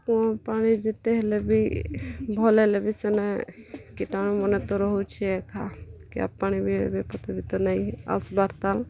କୂଅଁ ପାଣି ଯେତେ ହେଲେ ବି ଭଲ୍ ହେଲେ ବି ସେନେ କିଟାଣୁ ମାନେ ତ ରହୁଛେ ଏକା ଟ୍ୟାପ୍ ପାଣି ବି ତ ଏବେ ନେଇ ଆସବାର୍ ତାଏଲ୍